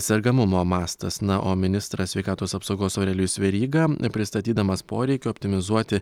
sergamumo mastas na o ministras sveikatos apsaugos aurelijus veryga pristatydamas poreikį optimizuoti